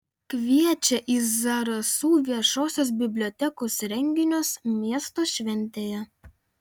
kviečia į zarasų viešosios bibliotekos renginius miesto šventėje